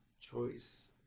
choice